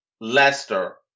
Leicester